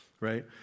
right